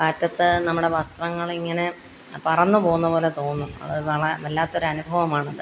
കാറ്റത്ത് നമ്മുടെ വസ്ത്രങ്ങളിങ്ങനെ പറന്നു പോകുന്ന പോലെ തോന്നും അത് കാണാൻ വല്ലാത്തൊരനുഭവമാണത്